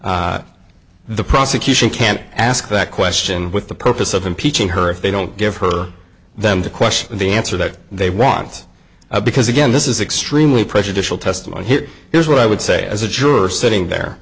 matter the prosecution can't ask that question with the purpose of impeaching her if they don't give her them to question the answer that they want because again this is extremely prejudicial testimony hit here's what i would say as a juror sitting there